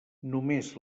només